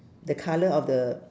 the colour of the